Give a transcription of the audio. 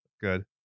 good